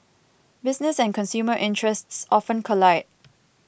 business and consumer interests often collide